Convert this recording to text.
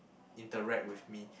interact with me